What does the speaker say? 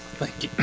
thank you.